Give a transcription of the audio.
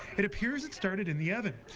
it appears it started in the oven.